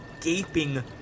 gaping